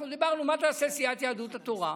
אנחנו דיברנו: מה תעשה סיעת יהדות התורה?